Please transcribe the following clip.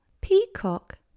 Peacock